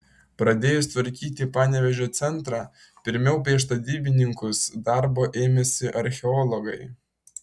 pradėjus tvarkyti panevėžio centrą pirmiau prieš statybininkus darbo ėmėsi archeologai